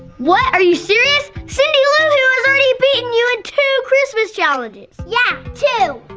what, are you serious? cindy lou who has already beaten you in two christmas challenges! yeah, two!